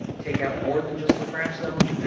take out more than just the crash zone,